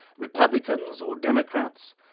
republicans or democrats,